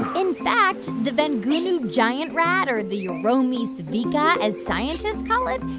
in fact, the vangunu giant rat, or the uromys vika, as scientists call it,